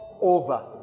over